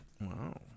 Wow